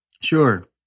Sure